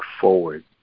forward